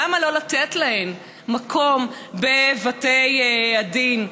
למה לא לתת להן מקום בבתי הדין?